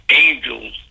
angels